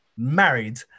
Married